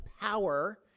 power